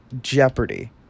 Jeopardy